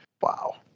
Wow